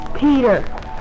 Peter